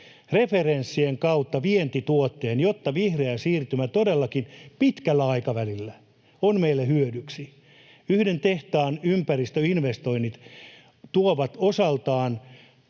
referenssien kautta vientituotteen, jotta vihreä siirtymä todellakin pitkällä aikavälillä on meille hyödyksi. Yhden tehtaan ympäristöinvestoinnit tuovat osaltaan